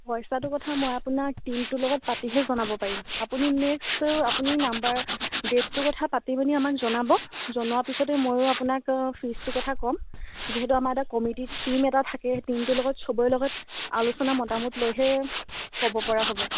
পইচাটোৰ কথা মই আপোনাক টিমটোৰ লগত পাতিহে জনাব পাৰিম আপুনি নেক্সটো আপুনি নম্বৰ ডেটটোৰ কথা পাতি মেলি আমাক জনাব জনোৱাৰ পিছতে ময়ো আপোনাক ফিজটোৰ কথা ক'ম যিহেতু আমাৰ তাত কমিটিত টিম এটা থাকে টিমটোৰ লগত চবৰে লগত আলোচনা মতামত লৈহে ক'ব পৰা হ'ব